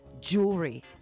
jewelry